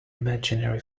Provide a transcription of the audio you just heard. imaginary